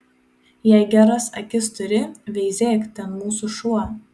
jei geras akis turi veizėk ten mūsų šuo